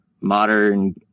modern